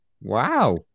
Wow